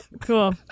cool